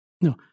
No